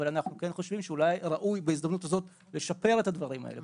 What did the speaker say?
אבל אנחנו חושבים שאולי ראוי בהזדמנות הזאת לשפר את הדברים האלה,